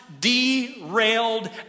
derailed